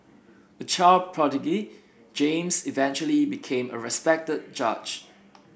a child prodigy James eventually became a respected judge